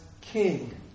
king